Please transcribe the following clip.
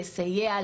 לסייע,